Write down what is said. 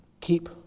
keep